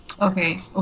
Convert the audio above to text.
Okay